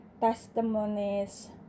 testimonies